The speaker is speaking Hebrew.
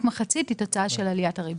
רק מחצית היא תוצאה של עליית הריבית.